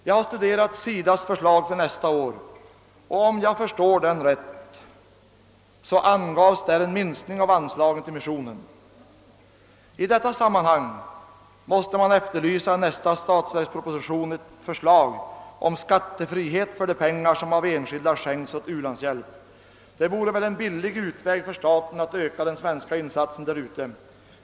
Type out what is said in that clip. Jag har studerat SIDA:s förslag för nästa år, och om jag förstår det rätt anges där en minskning av anslagen till missionen. I detta sammanhang måste man efterlysa ett förslag i nästa statsverksproposition om skattefrihet för de pengar som enskilda skänker till ulandshjälp. Det vore väl en billig utväg för staten att öka den svenska insatsen därute?